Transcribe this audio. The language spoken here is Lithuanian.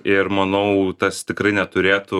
ir manau tas tikrai neturėtų